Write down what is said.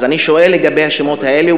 אז אני שואל לגבי השמות האלה,